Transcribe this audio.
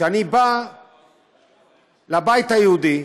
כשאני בא לבית היהודי,